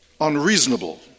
unreasonable